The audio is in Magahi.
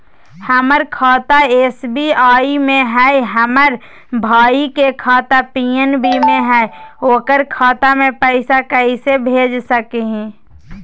हमर खाता एस.बी.आई में हई, हमर भाई के खाता पी.एन.बी में हई, ओकर खाता में पैसा कैसे भेज सकली हई?